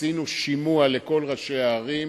עשינו שימוע לכל ראשי הערים.